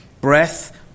breath